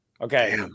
Okay